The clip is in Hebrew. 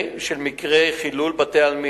רצוני לשאול: 1. כמה מקרי חילולי קברים